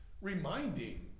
reminding